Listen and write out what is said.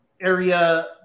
area